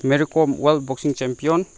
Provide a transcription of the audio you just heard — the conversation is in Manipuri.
ꯃꯦꯔꯤ ꯀꯝ ꯋꯥꯜ ꯕꯣꯛꯁꯤꯡ ꯆꯦꯝꯄꯤꯌꯣꯟ